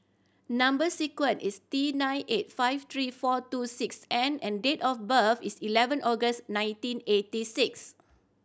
number sequence is T nine eight five three four two six N and date of birth is eleven August nineteen eighty six